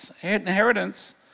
inheritance